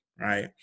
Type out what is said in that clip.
Right